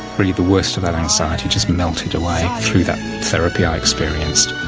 really the worst of that anxiety just melted away through that therapy i experienced.